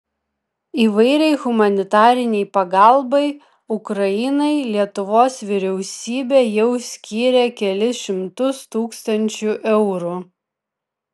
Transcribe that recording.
įvairiai humanitarinei pagalbai ukrainai lietuvos vyriausybė jau skyrė kelis šimtus tūkstančių eurų